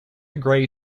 gray